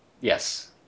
Yes